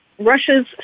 Russia's